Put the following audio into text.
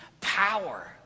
power